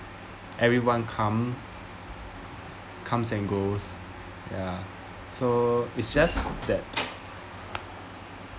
everyone come comes and goes ya so it just that